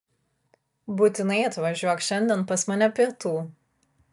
būtinai atvažiuok šiandien pas mane pietų